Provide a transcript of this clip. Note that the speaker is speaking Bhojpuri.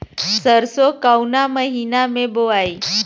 सरसो काउना महीना मे बोआई?